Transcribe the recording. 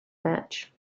match